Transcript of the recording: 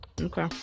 Okay